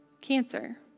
cancer